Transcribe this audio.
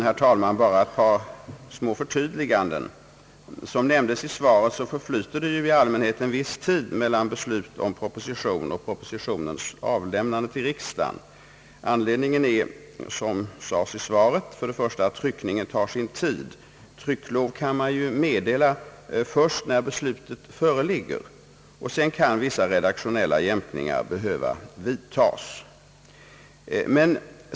Herr talman! Bara ett par små förtydliganden, Såsom nämndes i svaret förflyter det i allmänhet en viss tid mellan beslut om proposition och propositionens avlämnande till riksdagen. Anledningen är, såsom sades i svaret, först och främst att tryckningen tar sin tid. Man kan meddela trycklov först när beslutet föreligger, och sedan kan vissa redaktionella jämkningar behöva vidtas.